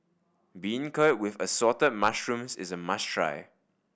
beancurd with Assorted Mushrooms is a must try